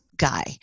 Guy